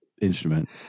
instrument